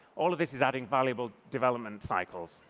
all of this is adding valuable development cycles.